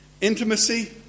intimacy